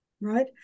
right